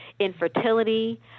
infertility